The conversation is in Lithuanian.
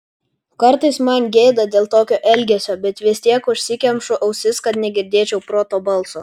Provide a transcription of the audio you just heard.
kartais man gėda dėl tokio elgesio bet vis tiek užsikemšu ausis kad negirdėčiau proto balso